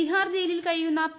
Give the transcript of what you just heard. തിഹാർ ജയിലിൽ കഴിയുന്ന പി